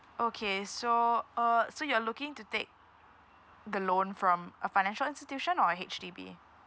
okay so uh so you are looking to take the loan from a financial institution or H_D_B